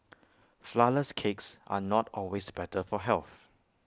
Flourless Cakes are not always better for health